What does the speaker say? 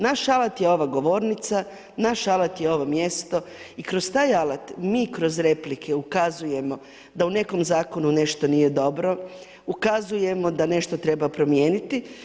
Naš alat je ova govornica, naš alat je ovo mjesto i kroz taj alat mi kroz replike ukazujemo da u nekom Zakonu nešto nije dobro, ukazujemo da nešto treba promijeniti.